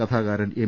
കഥാ കാരൻ എം